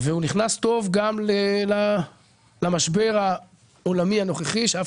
והוא גם נכנס טוב למשבר העולמי הנוכחי שאף